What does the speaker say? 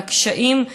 ואת הקשיים,